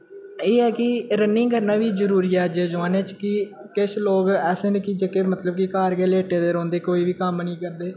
एह् ऐ कि रनिंग करना बी जरूरी ऐ अज्ज दे जमाने च कि किश लोक ऐसे न कि जेह्के मतलब कि घर गै लेटे दे रौंह्न्दे कोई बी कम्म नी करदे